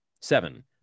Seven